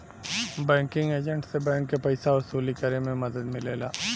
banking agent से bank के पइसा वसूली करे में मदद मिलेला